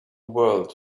world